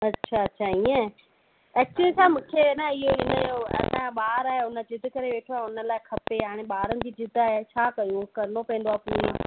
अच्छा अच्छा ईअं एक्चुअली छा मूंखे न इयो इनजो असांजा ॿार आहे ज़िद करे वेठो आहे उन लाइ खपे हाणे ॿारनि जी ज़िद आहे छा कयूं करिणो पवंदो आहे पूरी